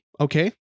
Okay